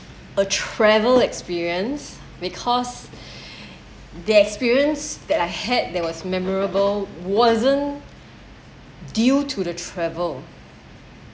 a travel experience because the experience that I had there was memorable wasn't due to the travel